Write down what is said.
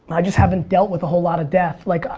i just haven't dealt with a whole lot of death, like,